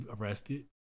arrested